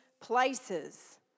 places